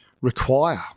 require